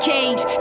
Cage